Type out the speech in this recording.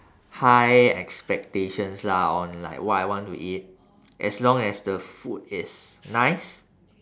high expectations lah on like what I want to eat as long as the food is nice